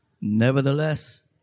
nevertheless